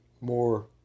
more